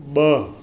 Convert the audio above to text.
ब॒